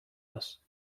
است